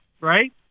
Right